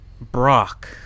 Brock